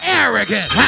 arrogant